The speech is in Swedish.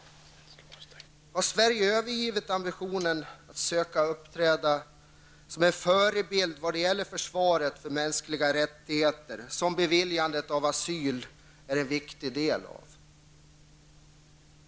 Har Sverige övergivit ambitionen att söka uppträda som förebild var det gäller försvaret av mänskliga rättigheter som beviljandet av asyl är en viktig del av?